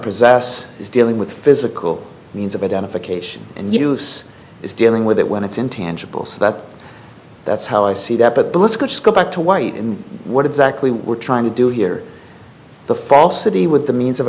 possess is dealing with physical means of identification and use is dealing with it when it's intangible so that that's how i see that but the let's go back to why in what exactly we're trying to do here the falsity with the means of